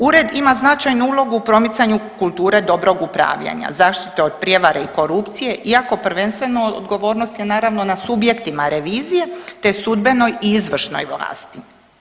Ured ima značajnu ulogu u promicanju kulture dobrog upravljanja, zaštite od prijevare i korupcije iako prvenstveno odgovornost je naravno na subjektima revizije, te sudbenoj i izvršnoj vlasti.